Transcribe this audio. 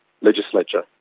legislature